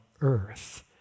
earth